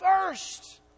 first